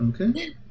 okay